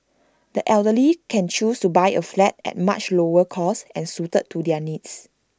the elderly can choose to buy A flat at much lower cost and suited to their needs